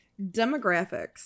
Demographics